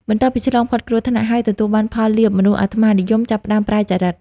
បន្ទាប់ពីឆ្លងផុតគ្រោះថ្នាក់ ហើយទទួលបានផលលាភ មនុស្សអាត្មានិយមចាប់ផ្ដើមប្រែចរិត។